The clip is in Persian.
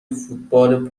فوتبال